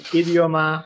idioma